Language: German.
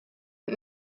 und